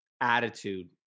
attitude